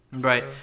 Right